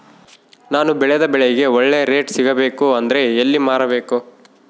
ನಾನು ಬೆಳೆದ ಬೆಳೆಗೆ ಒಳ್ಳೆ ರೇಟ್ ಸಿಗಬೇಕು ಅಂದ್ರೆ ಎಲ್ಲಿ ಮಾರಬೇಕು?